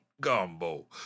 gumbo